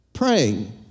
Praying